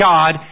God